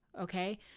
okay